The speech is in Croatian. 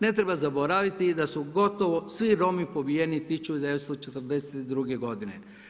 Ne treba zaboraviti da su gotovo svi Romi pobijeni 1942. godine.